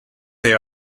they